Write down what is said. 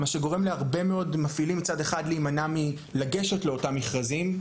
הדבר גורם להרבה מאוד מפעילים מצד אחד להימנע מלגשת לאותם מכרזים,